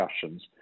discussions